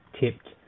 tipped